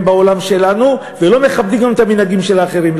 בעולם שלנו ולא מכבדים גם את המנהגים של האחרים.